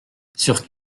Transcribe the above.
sur